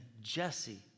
Jesse